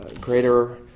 greater